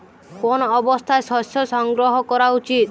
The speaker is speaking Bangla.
কোন অবস্থায় শস্য সংগ্রহ করা উচিৎ?